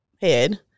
head